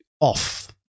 off